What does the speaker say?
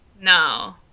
No